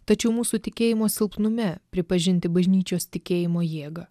tačiau mūsų tikėjimo silpnume pripažinti bažnyčios tikėjimo jėgą